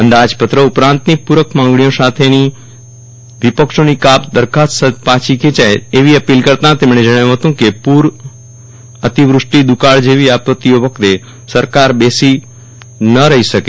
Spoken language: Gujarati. અંદાજપત્ર ઉપરાંતની પૂરક માંગણીઓ સામેની વિપક્ષોની કાપ દરખાસ્ત પાછી ખેંચાય એવી અપીલ કરતા તેમણે જણાવ્યું હતું કે પૂર અતિવૃષ્ટિ દુકાળ જેવી આપત્તિઓ વખતે સરકાર બેસી ન રહી શકે